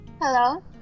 hello